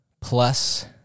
Plus